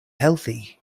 healthy